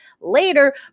later